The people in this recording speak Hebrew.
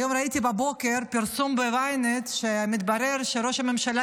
היום בבוקר ראיתי פרסום ב-ynet ומתברר שראש הממשלה